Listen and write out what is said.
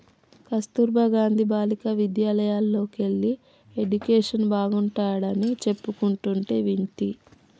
కస్తుర్బా గాంధీ బాలికా విద్యాలయల్లోకెల్లి ఎడ్యుకేషన్ బాగుంటాడని చెప్పుకుంటంటే వింటి